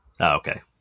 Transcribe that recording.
Okay